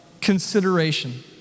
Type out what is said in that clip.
consideration